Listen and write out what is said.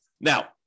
Now